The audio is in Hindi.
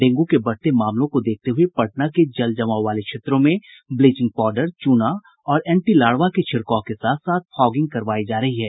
डेंगू के बढ़ते मामले को देखते हुये पटना के जलजमाव वाले क्षेत्रों में ब्लीचिंग पाउडर चूना और एंटीलार्वा के छिड़काव के साथ साथ फॉगिंग करवायी जा रही है